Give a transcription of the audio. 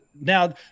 now